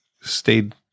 stayed